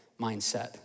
mindset